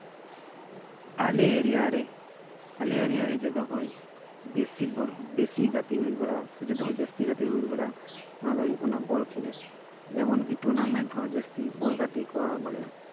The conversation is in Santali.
ᱟᱞᱮ ᱮᱨᱤᱭᱟ ᱨᱮ ᱟᱞᱮ ᱮᱨᱤᱭᱟ ᱨᱮ ᱡᱚᱛᱚ ᱠᱷᱚᱡ ᱵᱤᱥᱤ ᱵᱤᱥᱤ ᱜᱟᱛᱮᱜ ᱦᱩᱭ ᱵᱟᱲᱟᱜᱼᱟ ᱥᱮ ᱡᱚᱛᱚ ᱠᱷᱚᱡ ᱡᱟᱥᱛᱤ ᱜᱟᱛᱮᱜ ᱦᱩᱭ ᱵᱟᱲᱟᱜᱼᱟ ᱚᱱᱟ ᱫᱚ ᱦᱩᱭᱩᱜ ᱠᱟᱱᱟ ᱵᱚᱞ ᱠᱷᱮᱹᱞᱳᱰ ᱡᱮᱢᱚᱱ ᱠᱤ ᱴᱩᱨᱱᱟᱢᱮᱱᱴ ᱦᱚᱸ ᱡᱟᱹᱥᱛᱤ ᱵᱚᱞ ᱜᱟᱛᱤᱜᱼᱮ ᱠᱚᱨᱟᱣ ᱵᱟᱲᱟᱭᱟ